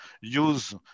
use